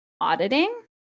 auditing